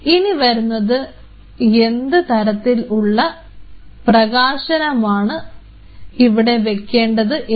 ഇനി വരുന്നത് എന്ത് തരത്തിലുള്ള ഉള്ള പ്രകാശനമാണ് ആണ് ഇവിടെ വെക്കേണ്ടത് എന്ന്